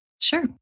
Sure